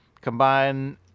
combine